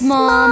Mom